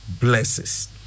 blesses